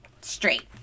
Straight